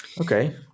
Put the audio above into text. Okay